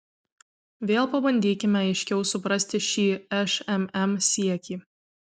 vėl pabandykime aiškiau suprasti šį šmm siekį